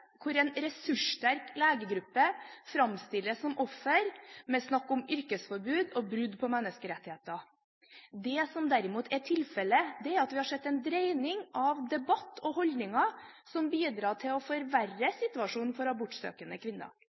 hvor en ressurssterk legegruppe framstilles som offer med snakk om yrkesforbud og brudd på menneskerettigheter. Det som derimot er tilfellet, er at vi har sett en dreining av debatt og holdninger som bidrar til å forverre situasjonen for abortsøkende kvinner.